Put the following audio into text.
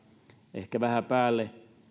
ehkä vähän päälle